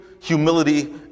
humility